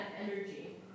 energy